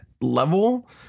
level